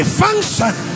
function